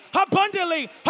abundantly